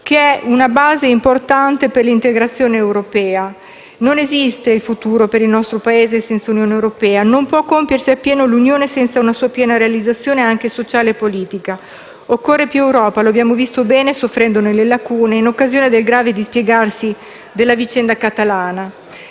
che è una base importante per l'integrazione europea. Non esiste futuro per il nostro Paese senza Unione europea, non può compiersi appieno l'Unione senza una sua piena realizzazione anche sociale e politica. Occorre più Europa, lo abbiamo visto bene, soffrendone le lacune, in occasione del grave dispiegarsi della vicenda catalana.